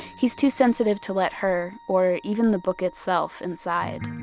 he's too sensitive to let her or even the book itself inside.